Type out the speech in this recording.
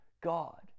God